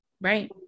Right